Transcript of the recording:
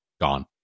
gone